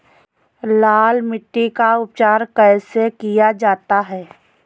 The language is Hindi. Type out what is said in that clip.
लाल मिट्टी का उपचार कैसे किया जाता है?